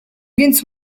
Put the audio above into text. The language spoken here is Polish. więc